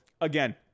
again